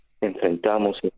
enfrentamos